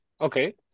Okay